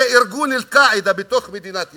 זה ארגון "אל-קאעידה" בתוך מדינת ישראל,